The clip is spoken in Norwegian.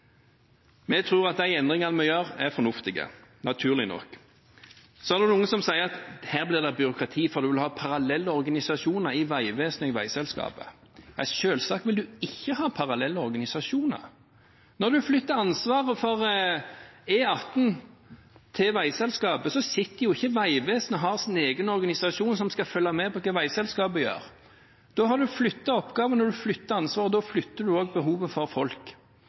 Vi tror at de endringene vi gjør, er fornuftige, naturlig nok. Noen sier at her blir det byråkrati, for en vil komme til å ha parallelle organisasjoner i Vegvesenet og i veiselskapet. Nei, selvsagt vil en ikke ha parallelle organisasjoner. Når en flytter ansvaret for E18 til veiselskapet, sitter ikke Vegvesenet og har sin egen organisasjon som skal følge med på hva veiselskapet gjør. Da har en flyttet oppgavene og ansvaret, og da flytter en også behovet for folk.